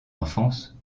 enfance